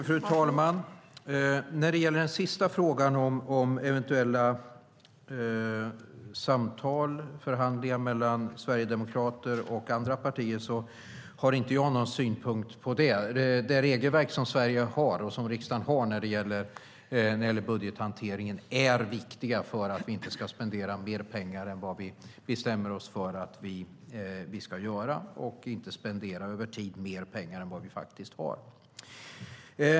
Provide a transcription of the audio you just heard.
Fru talman! När det gäller den sista frågan om eventuella samtal och förhandlingar mellan sverigedemokrater och andra partier har inte jag någon synpunkt. Det regelverk som Sverige och riksdagen har för budgethanteringen är viktigt för att vi inte ska spendera mer pengar än vad vi bestämmer oss för att göra och för att vi inte ska spendera mer pengar över tid än vad vi har.